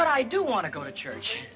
but i do want to go to church